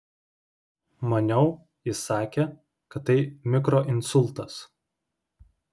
maniau jis sakė kad tai mikroinsultas